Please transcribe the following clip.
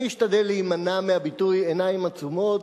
אני אשתדל להימנע מהביטוי "עיניים עצומות",